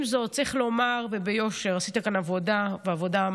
עם זאת, צריך לומר וביושר: עשית כאן עבודה מצוינת,